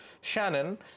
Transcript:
Shannon